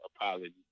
apology